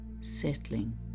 settling